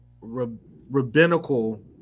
rabbinical